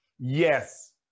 Yes